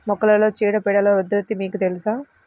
మొక్కలలో చీడపీడల ఉధృతి మీకు తెలుసా?